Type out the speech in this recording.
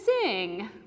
sing